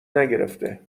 نگرفته